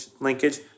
linkage –